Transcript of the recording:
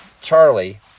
Charlie